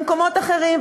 במקומות אחרים,